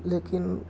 لیکن